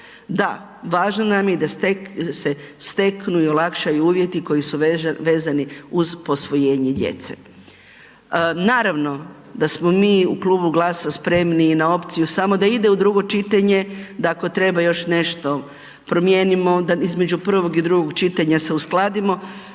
da, važno nam je da se steknu i olakšaju uvjeti koji su vezani uz posvojenje djece. Naravno da smo mi u Klubu GLAS-a spremni i na opciju samo da ide u drugo čitanje, da ako treba još nešto promijenimo, da između prvog i drugog čitanja se uskladimo.